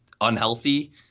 unhealthy